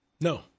No